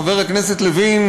חבר הכנסת לוין,